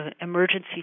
Emergency